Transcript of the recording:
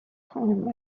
home